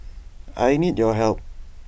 I need your help